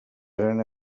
eren